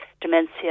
dementia